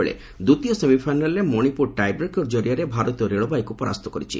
ଅନ୍ୟ ପକ୍ଷରେ ଦ୍ୱିତୀୟ ସେମିଫାଇନାଲ୍ରେ ମଶିପୁର ଟାଇବ୍ରେକର କରିଆରେ ଭାରତୀୟ ରେଳବାଇକୁ ପରାସ୍ତ କରିଛି